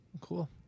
Cool